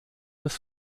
des